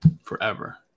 forever